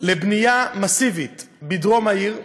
לבנייה מסיבית בדרום העיר.